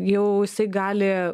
jau jisai gali